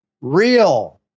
real